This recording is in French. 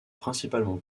principalement